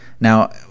Now